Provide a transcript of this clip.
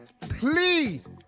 Please